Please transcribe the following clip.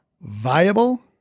viable